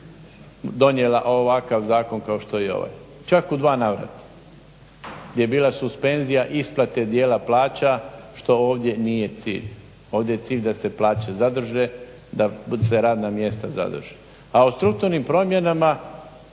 donijela ovakav zakon kao što je ovaj. Čak u dva navrata je bila suspenzija isplate dijela plaća što ovdje nije cilj. Ovdje je cilj da se plaće zadrže, da se radna mjesta zadrže. A o strukturnim promjenama